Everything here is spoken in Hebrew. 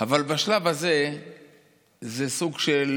אבל בשלב הזה זה סוג של